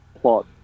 plot